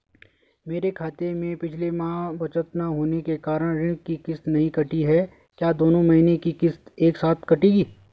मेरे खाते में पिछले माह बचत न होने के कारण ऋण की किश्त नहीं कटी है क्या दोनों महीने की किश्त एक साथ कटेगी?